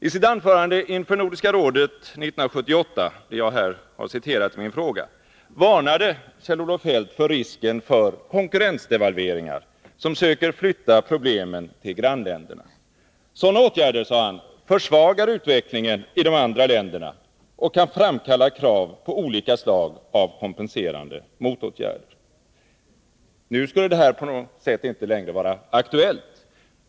I sitt anförande inför Nordiska rådet 1978, som jag här citerat i min fråga, varnade Kjell-Olof Feldt för risken av konkurrensdevalveringar, som söker flytta problemen till grannländerna. Sådana åtgärder, sade han, försvagar utvecklingen i de andra länderna och kan framkalla krav på olika slag av kompenserande motåtgärder. Nu förefaller det som om detta uttalande inte längre skulle vara aktuellt.